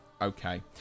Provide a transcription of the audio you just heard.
okay